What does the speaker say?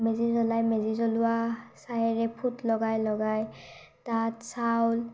মেজি জ্বলায় মেজি জ্বলোৱা ছাইৰে ফুট লগাই লগাই তাত চাউল